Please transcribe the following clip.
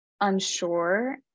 unsure